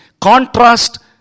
contrast